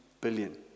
billion